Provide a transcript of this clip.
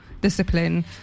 discipline